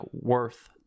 worth